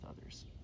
others